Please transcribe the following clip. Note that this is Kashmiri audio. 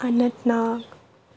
اَننت ناگ